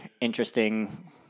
interesting